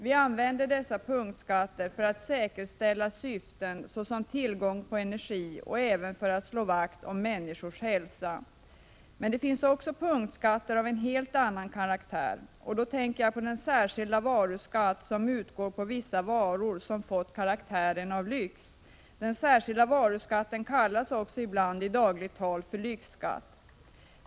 Vi använder dessa punktskatter för att säkerställa vissa syften, såsom tillgång på energi och för att slå vakt om människors hälsa. Men det finns också punktskatter av en helt annan karaktär. Då tänker jag på den särskilda varuskatt som utgår på vissa varor, som fått karaktären av lyx. Den särskilda varuskatten kallas också ibland i dagligt tal för lyxskatt.